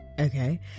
okay